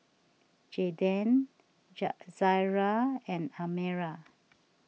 Jaeden Jar Zaria and Almira